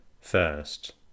First